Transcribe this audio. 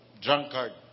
drunkard